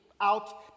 out